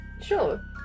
Sure